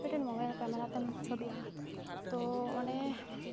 ᱢᱤᱫᱴᱮᱱ mobile camera ᱛᱮᱢ ᱪᱷᱚᱵᱤᱜᱼᱟ ᱛᱚ ᱚᱸᱰᱮ